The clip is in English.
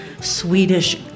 Swedish